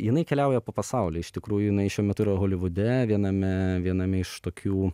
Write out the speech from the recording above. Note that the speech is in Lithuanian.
jinai keliauja po pasaulį iš tikrųjų jinai šiuo metu holivude viename viename iš tokių